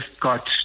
got